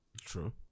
true